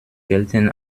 gelten